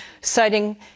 citing